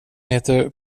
heter